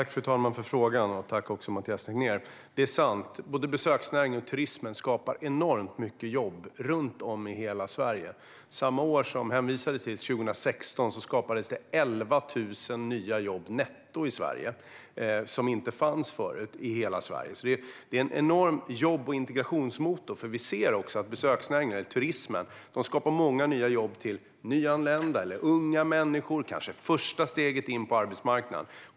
Fru talman! Tack, Mathias Tegnér, för frågan. Det är sant att både besöksnäringen och turismen skapar enormt många jobb runt om i hela Sverige. Samma år som det hänvisades till, 2016, skapades det 11 000 nya jobb netto i Sverige, jobb som inte fanns tidigare. Det är en stor jobb och integrationsmotor eftersom besöksnäringen och turismen skapar många nya jobb till nyanlända eller unga människor. Det är kanske första steget in på arbetsmarknaden.